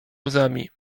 łzami